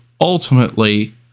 ultimately